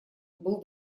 был